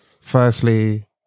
firstly